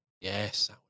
Yes